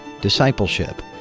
discipleship